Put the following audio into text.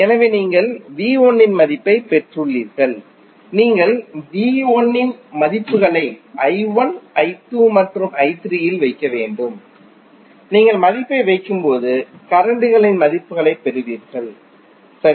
எனவே நீங்கள் இன் மதிப்பைப் பெற்றுள்ளீர்கள் நீங்கள் இன் மதிப்புகளை மற்றும் இல் வைக்க வேண்டும் நீங்கள் மதிப்பை வைக்கும் போது கரண்ட் களின் மதிப்புகளைப் பெறுவீர்கள் சரி